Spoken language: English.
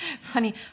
funny